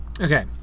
Okay